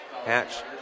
Hatch